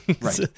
Right